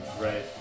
Right